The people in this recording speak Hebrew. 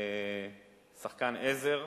שחקן עזר.